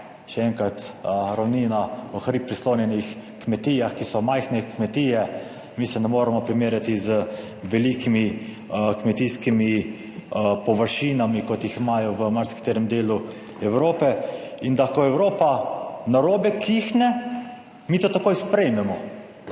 še enkrat, ravnina, v hrib prislonjenih kmetijah, ki so majhne kmetije. Mi se ne moremo primerjati z velikimi kmetijskimi površinami kot jih imajo v marsikaterem delu Evrope. In da ko Evropa narobe kihne, mi to takoj sprejmemo,